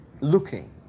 looking